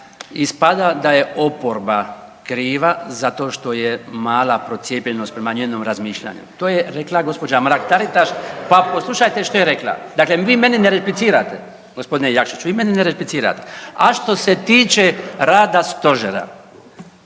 ispada da je oporba kriva zato što je mala procijepljenost, prema njenom razmišljanju, to je rekla gđa. Mrak Taritaš pa poslušajte što je rekla. Dakle vi meni ne replicirate g. Jakšiću. Vi meni ne replicirate. A što se tiče rada Stožera,